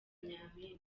nyampinga